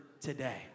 today